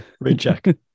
Recheck